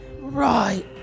Right